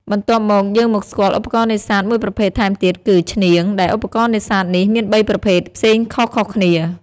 បន្ទាប់មកយើងមកស្គាល់ឧបករណ៍នេសាទមួយប្រភេទថែមទៀតគឺ ឈ្នាង ដែលឧបករណ៍នេសាទនេះ មាន៣ប្រភេទផ្សេងខុសៗគ្នា។